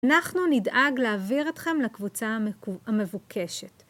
אנחנו נדאג להעביר אתכם לקבוצה המבוקשת.